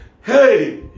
hey